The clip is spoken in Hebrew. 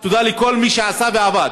תודה לכל מי שעשה ועבד,